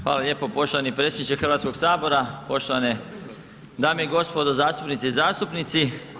Hvala lijepo poštovani predsjedniče Hrvatskog sabora, poštovane dame i gospodo zastupnice i zastupnici.